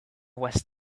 was